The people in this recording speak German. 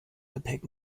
gepäck